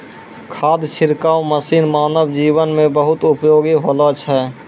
खाद छिड़काव मसीन मानव जीवन म बहुत उपयोगी होलो छै